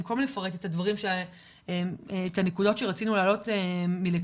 במקום לפרט את הנקודות שרצינו להעלות מלכתחילה.